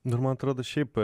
nu ir man atrodo šiaip